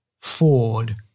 Ford